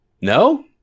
No